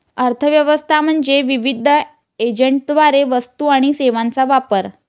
अर्थ व्यवस्था म्हणजे विविध एजंटद्वारे वस्तू आणि सेवांचा वापर